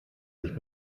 sich